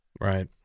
right